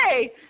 hey